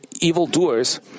evildoers